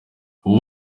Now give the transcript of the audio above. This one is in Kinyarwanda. uwo